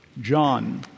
John